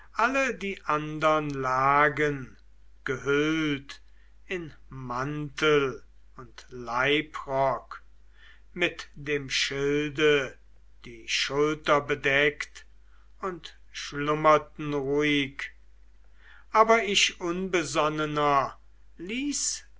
alle die andern lagen gehüllt in mantel und leibrock mit dem schilde die schulter bedeckt und schlummerten ruhig aber ich unbesonnener ließ